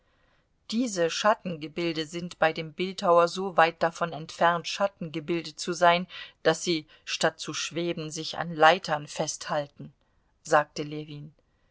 diese schattengebilde sind bei dem bildhauer so weit davon entfernt schattengebilde zu sein daß sie statt zu schweben sich an leitern festhalten sagte ljewin